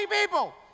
people